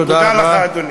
תודה לך, אדוני.